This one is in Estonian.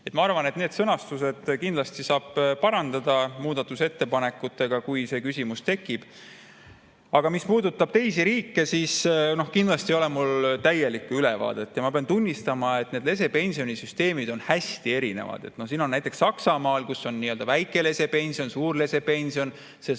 Ma arvan, et sõnastust saab kindlasti parandada muudatusettepanekutega, kui see küsimus tekib. Aga mis puudutab teisi riike, siis mul ei ole täielikku ülevaadet. Ma pean tunnistama, et need lesepensionisüsteemid on hästi erinevad. Näiteks Saksamaal on väike lesepension ja suur lesepension, see